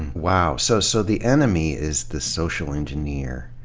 wow. so so the enemy is the social engineer.